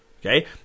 Okay